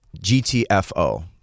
GTFO